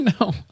No